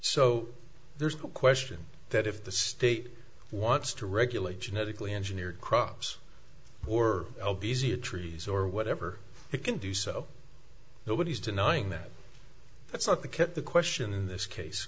so there's no question that if the state wants to regulate genetically engineered crops or l b z a trees or whatever it can do so nobody's denying that that's not the kit the question in this case